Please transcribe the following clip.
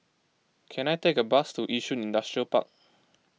can I take a bus to Yishun Industrial Park